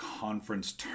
conference